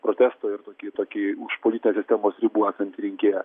protesto ir tokį tokį už politinės sistemos ribų esantį rinkėją